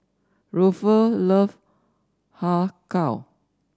Ruffus loves Har Kow